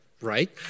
right